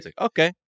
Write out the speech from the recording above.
okay